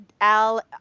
Al